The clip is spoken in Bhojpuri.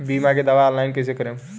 बीमा के दावा ऑनलाइन कैसे करेम?